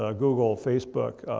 ah google, facebook,